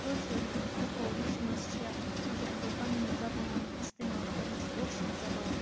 کٲشریو لوٗکھ لُکو لیٚچھمَژ چھےٚ تِمو چھِ تَتھ منٛز پَنٕنۍ زَبان اِستعمال کٔرمٕژ کٲشِر زَبان